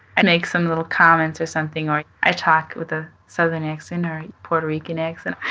i make some little comments or something, or i talk with a southern accent or a puerto rican accent.